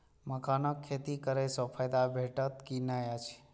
मखानक खेती करे स फायदा भेटत की नै अछि?